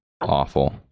awful